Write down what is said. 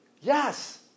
Yes